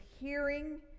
hearing